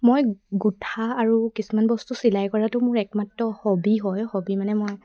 মই গোঠা আৰু কিছুমান বস্তু চিলাই কৰাটো মোৰ একমাত্ৰ হবী হয় হবী মানে মই